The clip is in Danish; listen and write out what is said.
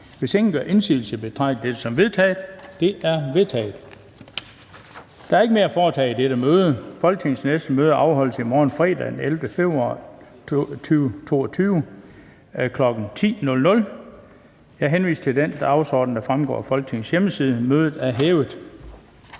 fra formanden Den fg. formand (Bent Bøgsted): Der er ikke mere at foretage i dette møde. Folketingets næste møde afholdes i morgen, fredag den 11. februar 2022, kl. 10.00. Jeg henviser til den dagsorden, der fremgår af Folketingets hjemmeside. Mødet er hævet.